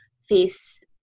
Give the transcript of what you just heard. face